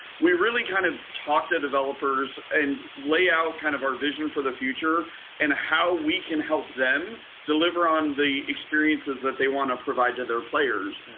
we really kind of talk to developers and lay out kind of our vision for the future and how we can help them deliver on the experiences that they want to provide to their players.